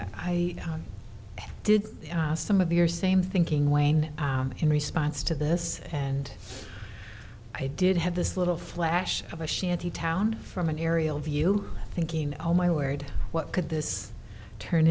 i did some of your same thinking wayne in response to this and i did have this little flash of a shantytown from an aerial view thinking oh my word what could this turn